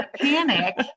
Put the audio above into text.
panic